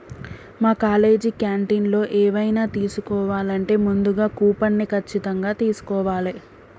మా కాలేజీ క్యాంటీన్లో ఎవైనా తీసుకోవాలంటే ముందుగా కూపన్ని ఖచ్చితంగా తీస్కోవాలే